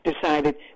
decided